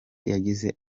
yagize